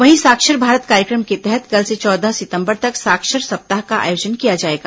वहीं साक्षर भारत कार्यक्रम के तहत कल से चौदह सितम्बर तक साक्षर सप्ताह का आयोजन किया जाएगा